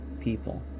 people